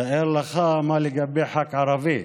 תאר לך מה לגבי ח"כ ערבי,